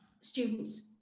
students